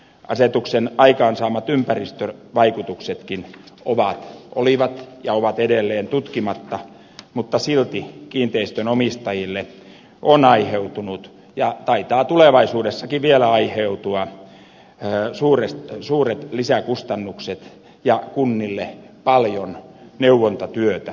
asetuksen aikaansaamat ympäristövaikutuksetkin olivat ja ovat edelleen tutkimatta mutta silti kiinteistönomistajille on aiheutunut ja taitaa tulevaisuudessakin vielä aiheutua suuret lisäkustannukset ja kunnille paljon neuvontatyötä